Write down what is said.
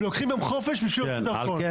הם לוקחים חופש בשביל להוציא דרכון.